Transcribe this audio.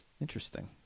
Interesting